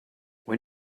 when